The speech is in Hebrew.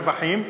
ברווחים.